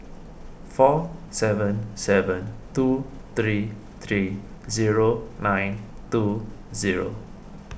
four seven seven two three three zero nine two zero